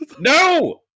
No